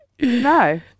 No